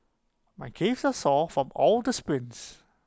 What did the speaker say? my caves are sore from all the sprints